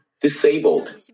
disabled